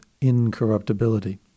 incorruptibility